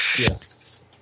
Yes